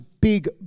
Big